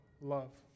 love